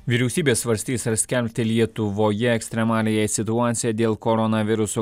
vyriausybė svarstys ar skelbti lietuvoje ekstremaliąją situaciją dėl koronaviruso